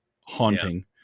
haunting